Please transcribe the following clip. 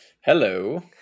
hello